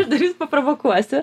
aš dar jus paprovokuosiu